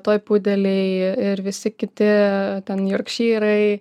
toi pudeliai ir visi kiti ten jorkšyrai